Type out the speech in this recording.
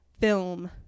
film